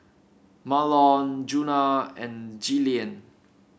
Mahlon Djuna and Jillian